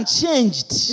changed